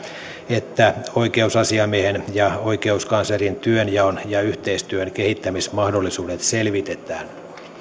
että oikeusasiamiehen ja oikeuskanslerin työnjaon ja yhteistyön kehittämismahdollisuudet selvitetään